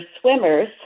swimmers